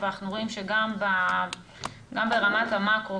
אבל אנחנו רואים שגם ברמת המקרו,